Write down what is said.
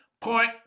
point